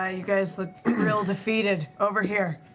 ah you guys look real defeated, over here.